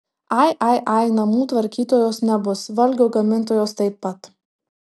ai ai ai namų tvarkytojos nebus valgio gamintojos taip pat